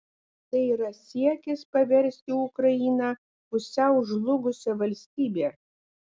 tai yra siekis paversti ukrainą pusiau žlugusia valstybe